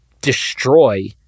destroy